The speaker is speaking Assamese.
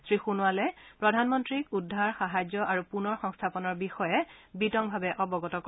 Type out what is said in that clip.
শ্ৰীসোণোৱালে প্ৰধানমন্ত্ৰীক উদ্ধাৰ সাহায্য আৰু পুনৰ সংস্থাপনৰ বিষয়ে বিতংভাৱে অৱগত কৰে